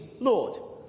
Lord